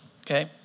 okay